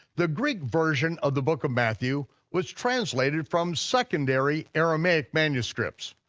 the greek version of the book of matthew was translated from secondary aramaic manuscripts.